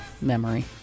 memory